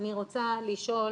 אני רוצה לשאול